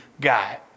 guy